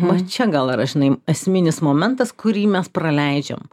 va čia gal yra žinai esminis momentas kurį mes praleidžiam